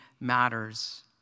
matters